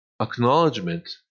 acknowledgement